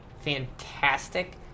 fantastic